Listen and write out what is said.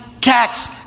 tax